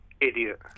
Idiot